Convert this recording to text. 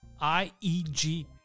I-E-G